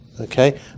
okay